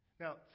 Now